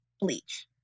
bleach